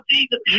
Jesus